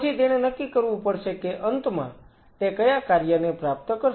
પછી તેણે નક્કી કરવું પડશે કે અંતમાં તે કયા કાર્યને પ્રાપ્ત કરશે